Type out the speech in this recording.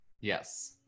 Yes